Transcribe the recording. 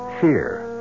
Fear